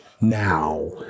now